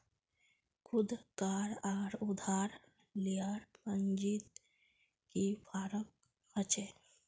खुद कार आर उधार लियार पुंजित की फरक होचे?